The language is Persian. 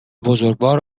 بزرگوار